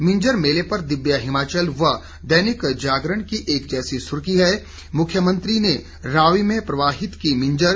मिंजर मेले पर दिव्य हिमाचल व दैनिक जागरण की एक जैसी सुर्खी है मुख्यमंत्री ने रावी में प्रवाहित की मिंजर